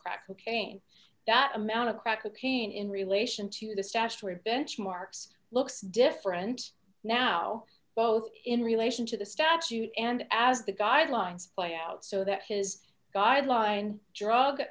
crack cocaine that amount of crack cocaine in relation to the statutory benchmarks looks different now both in relation to the statute and as the guidelines play out so that his guideline drug